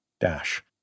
Dash